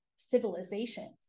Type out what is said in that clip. civilizations